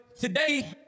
today